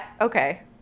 Okay